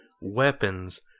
weapons